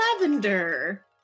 Lavender